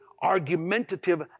argumentative